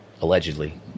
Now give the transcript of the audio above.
allegedly